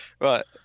Right